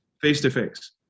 face-to-face